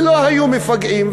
ולא היו מפגעים,